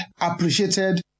appreciated